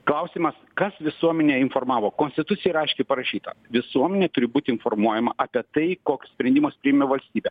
klausimas kas visuomenę informavo konstitucijoj yra aiškiai parašyta visuomenė turi būt informuojama apie tai kokius sprendimus priėmė valstybė